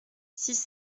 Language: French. six